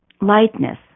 lightness